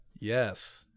Yes